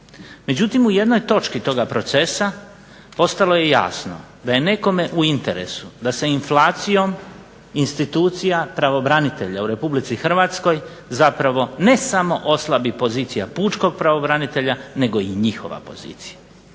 Međutim, u jednoj točki toga procesa postalo je jasno da je nekome u interesu da se inflacijom institucija pravobranitelja u RH zapravo ne samo oslabi pozicija pučkog pravobranitelja nego i njihova pozicija.